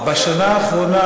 בשנה האחרונה,